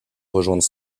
rejoindre